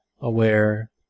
aware